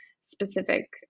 specific